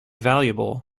valuable